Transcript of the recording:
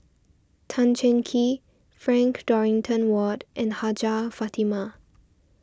Tan Cheng Kee Frank Dorrington Ward and Hajjah Fatimah